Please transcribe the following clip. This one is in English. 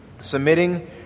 submitting